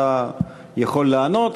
אתה יכול לענות,